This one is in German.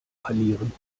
verlieren